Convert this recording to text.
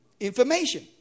Information